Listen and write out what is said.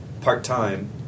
part-time